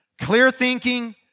clear-thinking